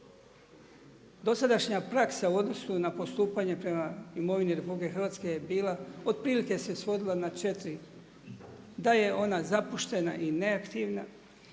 Dosadašnja praksa u odnosu na postupanje prema imovini RH je bila otprilike se je svodila na četiri da je ona zapuštena i neaktivna,